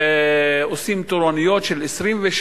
עושים תורנויות של 26